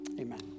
Amen